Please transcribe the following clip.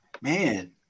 Man